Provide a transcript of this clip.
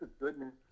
goodness